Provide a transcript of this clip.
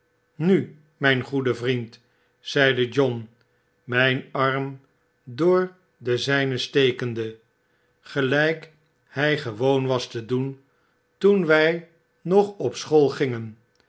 nu myn goede vriend zeide john myn arm door den zpen stekende gelyk hy gewoon was te doen toen wy nog op school gingen